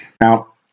Now